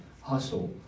hustle